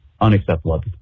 unacceptable